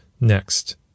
Next